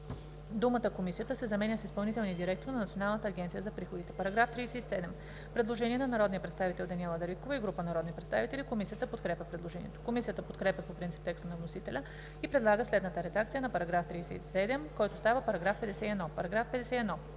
думата „Комисията“ се заменя с „изпълнителния директор на Националната агенция за приходите“.“ По § 37 има предложение от народния представител Даниела Дариткова и група народни представители. Комисията подкрепя предложението. Комисията подкрепя по принцип текста на вносителя и предлага следната редакция на § 37, който става § 51: „§ 51.